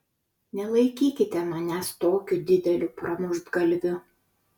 nelaikykite manęs tokiu dideliu pramuštgalviu